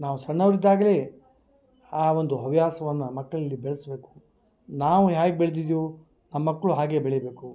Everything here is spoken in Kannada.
ನಾವು ಸಣ್ಣವ್ರಿದ್ದಾಗಲೇ ಆ ಒಂದು ಹವ್ಯಾಸವನ್ನ ಮಕ್ಕಳಲ್ಲಿ ಬೆಳೆಸಬೇಕು ನಾವು ಹ್ಯಾಗ ಬೆಳ್ದಿದೀವೊ ನಮ್ಮಕ್ಕಳು ಹಾಗೆ ಬೆಳಿಬೇಕು